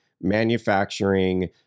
manufacturing